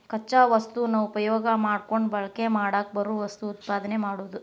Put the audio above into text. ಕಚ್ಚಾ ವಸ್ತುನ ಉಪಯೋಗಾ ಮಾಡಕೊಂಡ ಬಳಕೆ ಮಾಡಾಕ ಬರು ವಸ್ತುನ ಉತ್ಪಾದನೆ ಮಾಡುದು